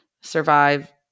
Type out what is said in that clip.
survive